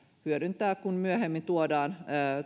hyödyntää kun myöhemmin tuodaan